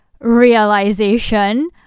realization